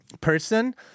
person